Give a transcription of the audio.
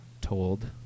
told